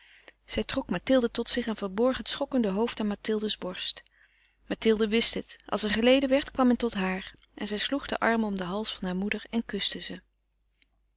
trok mathilde tot zich en verborg het schokkende hoofd aan mathilde's borst mathilde wist het als er geleden werd kwam men tot haar en zij sloeg den arm om den hals harer moeder en kuste